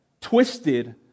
twisted